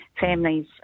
families